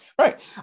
Right